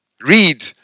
Read